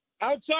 outside